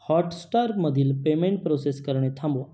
हॉटस्टारमधील payment process करणे थांबवा